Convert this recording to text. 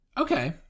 Okay